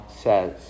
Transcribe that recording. says